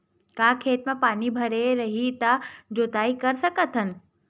का खेत म पानी भरे रही त जोताई कर सकत हन?